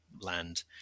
land